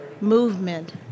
movement